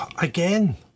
again